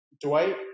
Dwight